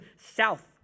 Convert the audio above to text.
south